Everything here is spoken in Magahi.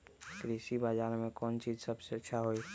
कृषि बजार में कौन चीज सबसे अच्छा होई?